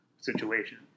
situation